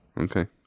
Okay